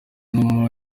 numa